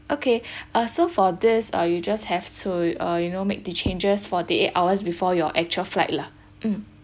okay uh so for this uh you just have to uh you know make the changes for the eight hours before your actual flight lah mm